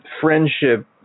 friendship